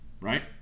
right